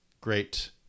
Great